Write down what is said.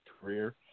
career